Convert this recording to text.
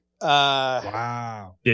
Wow